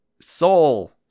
Soul